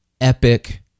epic